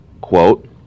quote